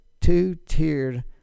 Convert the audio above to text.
Two-tiered